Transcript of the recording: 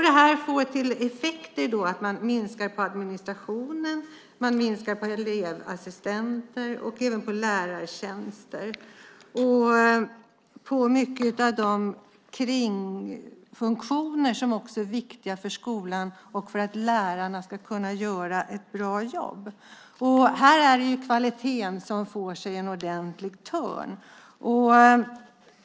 Det får till effekt att man minskar på administration, elevassistenter, lärartjänster och på mycket av de kringfunktioner som är viktiga för skolan och för att lärarna ska kunna göra ett bra jobb. Här får kvaliteten en ordentlig törn.